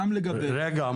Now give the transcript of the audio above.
גם לגבי --- רגע,